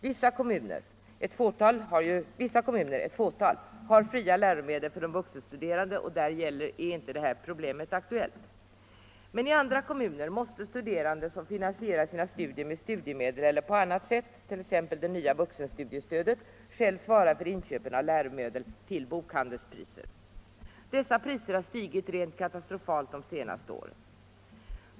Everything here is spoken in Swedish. Vissa kommuner, ett fåtal, har fria läromedel för de vuxenstuderande och där är inte det här problemet aktuellt, men i andra kommuner måste studerande som finansierar sina studier med studiemedel eller med det nya vuxenstudiestödet själv svara för inköpen av läromedel till bokhandelspriser. Dessa priser har stigit rent katastrofalt de senaste åren.